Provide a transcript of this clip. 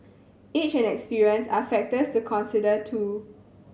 age and experience are factors to consider too